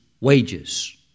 wages